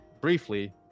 briefly